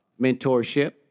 mentorship